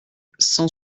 cent